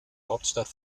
hauptstadt